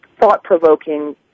thought-provoking